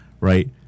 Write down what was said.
right